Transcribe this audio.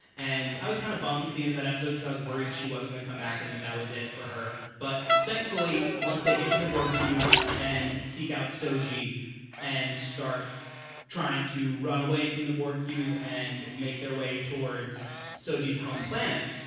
and i was kind of bummed at the end of that episode cause i was worried she was going to come back and that that was it for her. but thankfully, once they get to the board cube and seek out so g and start trying to run away from the borg cube and make their way towards so sophie's home planet,